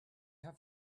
have